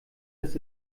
das